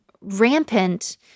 rampant